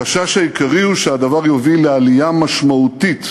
החשש העיקרי הוא שהדבר יוביל לעלייה משמעותית